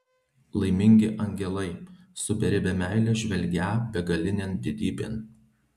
laimingi angelai su beribe meile žvelgią begalinėn didybėn